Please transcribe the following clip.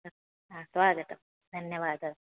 स्वागतं धन्यवादः